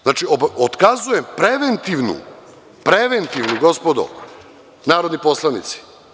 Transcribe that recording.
Znači, otkazuje preventivnu, gospodo narodni poslanici.